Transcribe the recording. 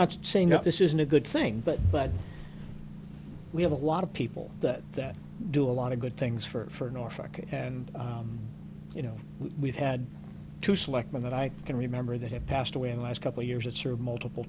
not saying that this isn't a good thing but but we have a lot of people that do a lot of good things for norfolk and you know we've had to select one that i can remember that had passed away last couple years that serve multiple